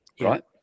right